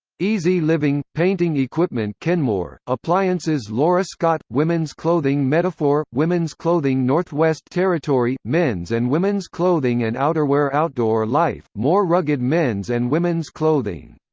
easy living painting equipment kenmore appliances laura scott women's clothing metaphor women's clothing northwest territory men's and women's clothing and outerwear outdoor life more rugged men's and women's clothing.